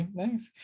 nice